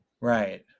Right